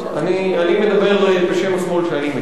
אני מדבר בשם השמאל שאני מכיר.